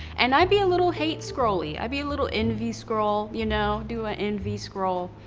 and i be a little hate-scroll-y. i be a little envy-scroll. you know? do a envy-scroll.